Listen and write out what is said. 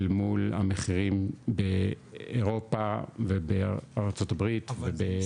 אל מול המחירים באירופה ובארצות הברית ובאסיה.